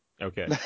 okay